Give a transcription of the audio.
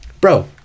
Bro